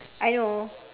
I know